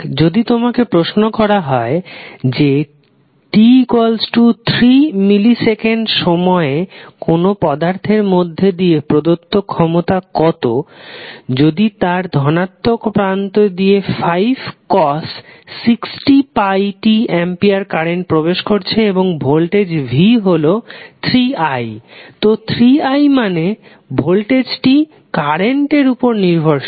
যদি তোমাকে প্রশ্ন করা হয় যে t3 মিলি সেকেন্ড সময়ে কোন পদার্থের মধ্যে দিয়ে প্রদত্ত ক্ষমতা কত যদি তার ধনাত্মক প্রান্ত দিয়ে 5cos 60πt অ্যাম্পিয়ার কারেন্ট প্রবেশ করছে এবং ভোল্টেজ v হলো 3i তো 3i মানে ভোল্টেজ টি কারেন্ট এর উপর নির্ভরশীল